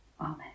Amen